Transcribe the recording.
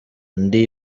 undi